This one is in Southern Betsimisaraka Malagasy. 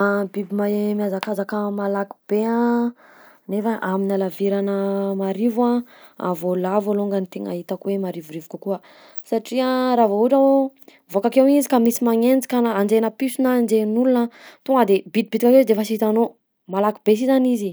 Biby mahay mihazakazaka malaky be a nefa amin'ny halavirana marivo a: voalavo alongany tegna hitako hoe marivorivo kokoa, satria raha vao ohatra ho voaka akeo izy ka misy magnenjika na anjehanà piso na anjehan'olona tonga de bitibitika akeo izy de efa sy hitanao, malaky be si zany izy.